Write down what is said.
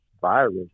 virus